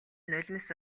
нулимс